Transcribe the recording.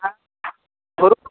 হ্যাঁ ধরুন